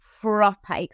proper